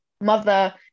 mother